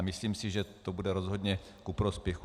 Myslím si, že to bude rozhodně ku prospěchu.